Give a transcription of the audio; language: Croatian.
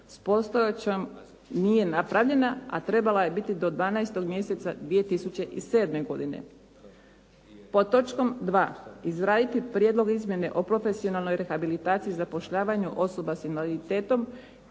s postojećom nije napravljena, a trebala je biti do 12. mjeseca 2007. godine. Pod točkom 2. izraditi prijedlog izmjene o profesionalnoj rehabilitaciji i zapošljavanju osoba s invaliditetom